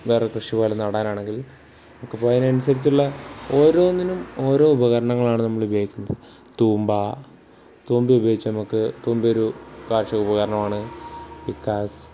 വേറെ കൃഷിപോലെ നടാനാണെങ്കിൽ നമുക്കിപ്പോൾ അതിനനുസരിച്ചുള്ള ഓരോന്നിനും ഓരോ ഉപകരണങ്ങളാണ് നമ്മൾ ഉപയോഗിക്കുന്നത് തൂമ്പ തൂമ്പ ഉപയോഗിച്ച് നമുക്ക് തൂമ്പയൊരു കാർഷിക ഉപകരണമാണ് ബിക്കാസ്